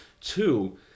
Two